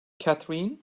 catherine